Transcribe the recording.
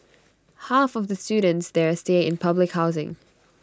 half of the students there stay in public housing